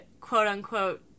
quote-unquote